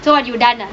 so what you done ah